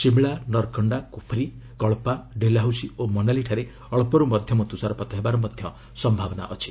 ସିମ୍ଳା ନର୍କଣ୍ଡା କୁଫ୍ରି କଳ୍ପା ଡେଲ୍ହାଉସୀ ଓ ମନାଲୀଠାରେ ଅକ୍ଷରୁ ମଧ୍ୟମ ତୃଷାରପାତ ହେବାର ସମ୍ଭାବନା ଅଛି